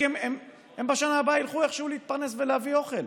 כי בשנה הבאה הם ילכו איכשהו להתפרנס ולהביא אוכל.